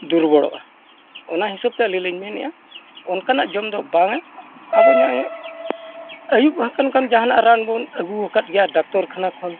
ᱫᱩᱨ ᱵᱚᱲᱚᱜᱼᱟ ᱚᱱᱟ ᱦᱤᱥᱟᱹᱵ ᱛᱮ ᱟᱹᱞᱤᱧ ᱞᱤᱧ ᱢᱮᱱᱮᱫᱼᱟ ᱚᱱᱠᱟᱱᱟᱜ ᱡᱚᱢ ᱫᱚ ᱵᱟᱝᱟ ᱟᱵᱚ ᱱᱚᱜᱼᱚᱸᱭ ᱡᱟᱦᱟᱱᱟᱜ ᱨᱟᱱᱵᱚᱱ ᱟᱹᱜᱩ ᱟᱠᱟᱫ ᱜᱮᱭᱟ ᱰᱟᱠᱛᱚᱨ ᱠᱷᱟᱱᱟ ᱠᱷᱚᱱ